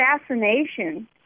fascination